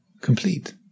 complete